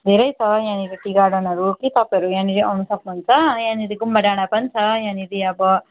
धेरै छ यहाँनिर टी गार्डनहरू कि तपाईँहरू यहाँनिर आउनु सक्नुहुन्छ यहाँनिर गुम्बा डाँडा पनि छ यहाँनिर अब